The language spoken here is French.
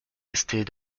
restés